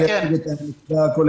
הדס הקיפה את כל